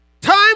Time